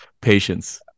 Patience